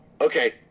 okay